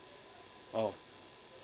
oh